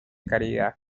caridad